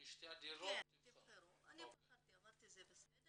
אני בחרתי, אמרתי "זה בסדר".